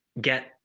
get